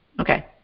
Okay